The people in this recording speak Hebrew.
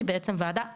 זו בעצם וועדה אחת.